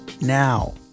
now